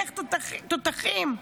דרך תותחים.